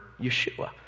Yeshua